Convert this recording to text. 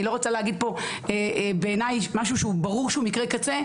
אני לא רוצה להגיד פה בעיניי משהו שברור שהוא מקרה קצה,